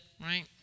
right